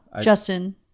Justin